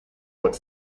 what